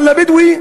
אבל לבדואי,